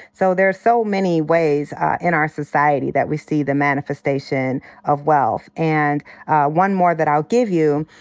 so there are so many ways in our society that we see the manifestation of wealth. and one more that i'll give you,